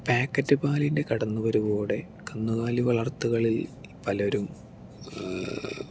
packet പാലിന്റെ കടന്നു വരവോടെ കന്നുകാലിവളർത്തലുകളിൽ പലരും